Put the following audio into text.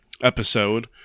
episode